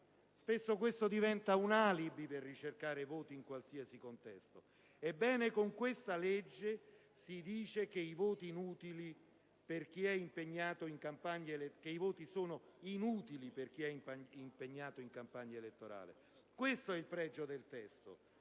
Spesso questo diventa un alibi nel ricercare voti in qualsiasi contesto. Ebbene, con questa legge si dice che i voti ottenuti dalla mafia sono inutili per chi è impegnato in campagna elettorale. Questo è il pregio del testo